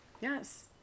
yes